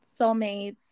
soulmates